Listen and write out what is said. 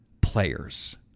players